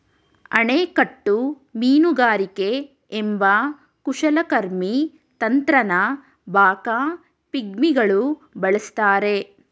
ಅಣೆಕಟ್ಟು ಮೀನುಗಾರಿಕೆ ಎಂಬ ಕುಶಲಕರ್ಮಿ ತಂತ್ರನ ಬಾಕಾ ಪಿಗ್ಮಿಗಳು ಬಳಸ್ತಾರೆ